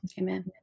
Amen